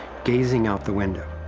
gazing out the window.